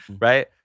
right